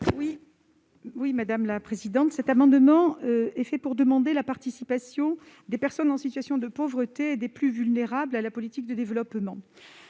Marie-Arlette Carlotti. Cet amendement vise à demander la participation des personnes en situation de pauvreté et des plus vulnérables à la politique de développement.